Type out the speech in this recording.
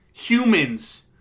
humans